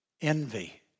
Envy